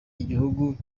igihugu